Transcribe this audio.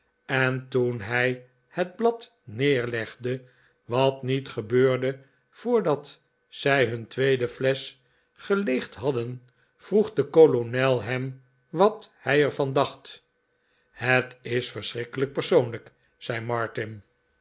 en toen hij het blad neerlegde wat niet gebeurde voordat zij hun tweede flesch geleegd hadden vroeg de kolonel hem wat hij er van dacht het is verschrikkelijk persoonlijk zei martin